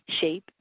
shape